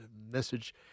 message